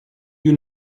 you